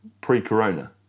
pre-corona